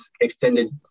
extended